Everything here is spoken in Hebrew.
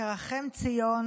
ציון